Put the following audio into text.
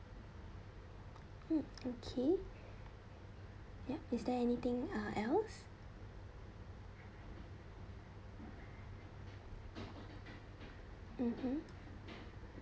mm okay yup is there anything uh else mmhmm